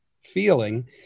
feeling